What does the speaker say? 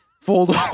fold